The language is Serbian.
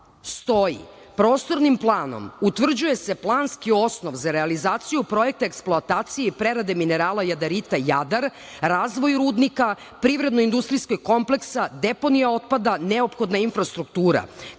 stoji - Prostornim planom utvrđuje se planski osnov za realizaciju projekta eksploatacije i prerade minerala jadarita "Jadar", razvoj rudnika, privredno-industrijskog kompleksa, deponije otpada, neophodna infrastruktura,